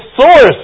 source